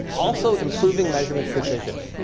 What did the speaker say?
also improving measurement precision.